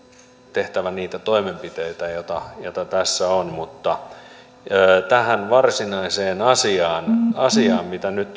tehtävä niitä toimenpiteitä joita tässä on mutta tähän varsinaiseen asiaan mikä nyt